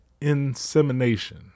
insemination